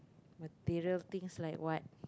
material things like what